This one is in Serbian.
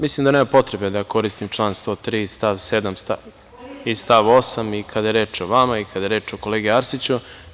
Mislim da nema potrebe da koristim član 103. st. 7. i 8. kada je reč o vama i kada je reč o kolegi Arsići.